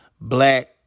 black